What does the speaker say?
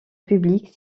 publique